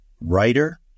writer